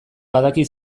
badaki